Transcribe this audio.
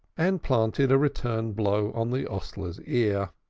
and planted a return blow on the hostler's ear.